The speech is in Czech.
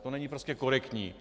To není prostě korektní.